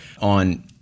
on